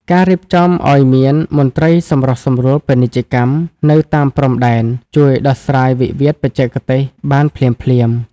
ការរៀបចំឱ្យមាន "មន្ត្រីសម្រុះសម្រួលពាណិជ្ជកម្ម" នៅតាមព្រំដែន ជួយដោះស្រាយវិវាទបច្ចេកទេសបានភ្លាមៗ។